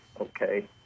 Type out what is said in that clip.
okay